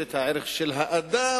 ואת הערך של האדם,